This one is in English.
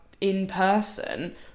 in-person